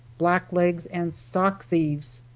blacklegs and stock thieves.